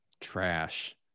trash